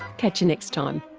catch you next time